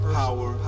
power